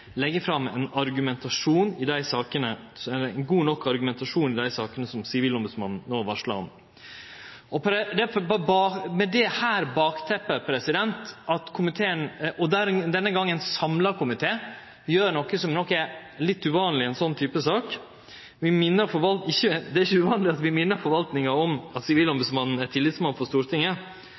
legg fram ein god nok argumentasjon i dei sakene som Sivilombodsmannen no varslar om. Med dette bakteppet er det at komiteen – denne gongen ein samla komité – gjer noko som nok er litt uvanleg i ein slik sak. Det er ikkje uvanleg at vi minner forvaltninga om at Sivilombodsmannen er tillitsmann for Stortinget,